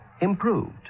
improved